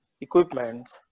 equipment